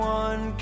one